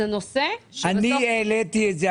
זה נושא --- אני העליתי את זה.